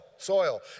Soil